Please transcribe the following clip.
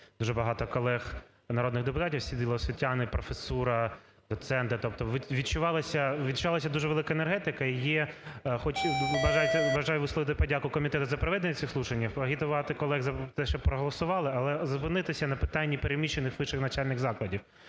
дуже багато колег народних депутатів, сиділи освітяни, професура, доценти, тобто відбувалася дуже велика енергетика. І я бажаю висловити подяку комітету за проведення цих слухань, агітувати колег за те, щоб проголосували, але зупинитися на питанні переміщених вищих навчальних закладів.